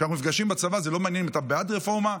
כשאנחנו נפגשים בצבא זה לא מעניין אם אתה בעד רפורמה,